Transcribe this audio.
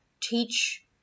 teach